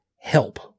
help